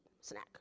snack